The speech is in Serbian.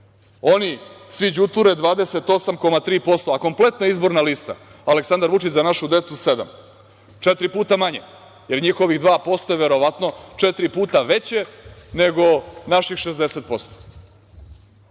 oni svi đuture 28,3%, a kompletna izborna lista Aleksandar Vučić – za našu decu 7%, četiri puta manje, jer njihovih 2% je verovatno četiri puta veće, nego naših